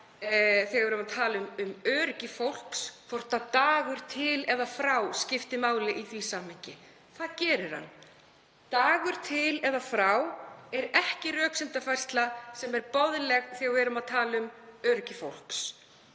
þegar við erum að tala um öryggi fólks, hvort dagur til eða frá skipti máli í því samhengi. Það gerir hann. Dagur til eða frá er ekki boðleg röksemdafærsla þegar við erum að tala um öryggi fólks.